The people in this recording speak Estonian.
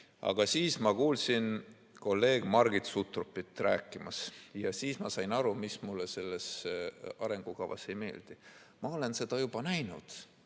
Aga siis ma kuulsin kolleeg Margit Sutropit rääkimas ja sain aru, mis mulle selles arengukavas ei meeldi: ma olen seda juba näinud.